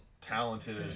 talented